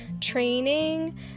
training